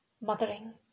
mothering